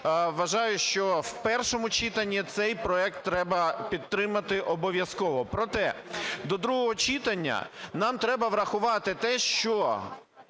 вважаю, що в першому читанні цей проект треба підтримати обов'язково. Проте до другого читання нам треба врахувати те, що